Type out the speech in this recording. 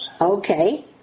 Okay